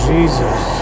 Jesus